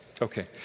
Okay